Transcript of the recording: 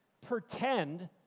pretend